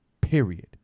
Period